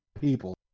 People